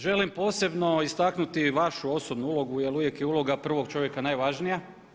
Želim posebno istaknuti vašu osobnu ulogu jer uvijek je uloga prvog čovjeka najvažnija.